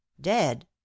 dead